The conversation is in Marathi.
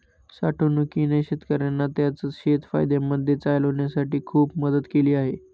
साठवणूकीने शेतकऱ्यांना त्यांचं शेत फायद्यामध्ये चालवण्यासाठी खूप मदत केली आहे